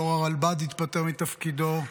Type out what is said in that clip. יו"ר הרלב"ד התפטר מתפקידו,